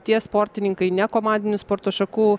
tie sportininkai ne komandinių sporto šakų